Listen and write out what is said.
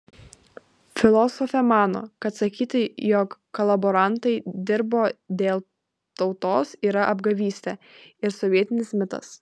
filosofė mano kad sakyti jog kolaborantai dirbo dėl tautos yra apgavystė ir sovietinis mitas